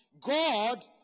God